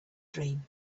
dream